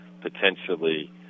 potentially